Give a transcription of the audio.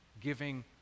giving